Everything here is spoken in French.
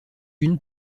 une